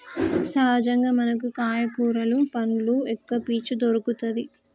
సహజంగా మనకు కాయ కూరలు పండ్లు ఎక్కవ పీచు దొరుకతది